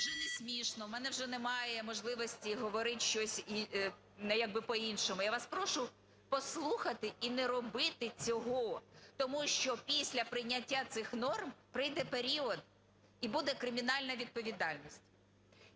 Вже не смішно. В мене вже немає можливості говорить щось, ну, якби по-іншому. Я вас прошу послухати і не робити цього, тому що після прийняття цих норм прийде період і буде кримінальна відповідальність.